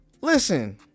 Listen